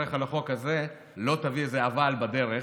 שכשתברך על החוק הזה לא תביא איזה "אבל" בדרך,